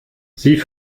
sie